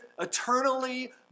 eternally